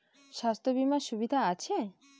স্বাস্থ্য বিমার সুবিধা আছে?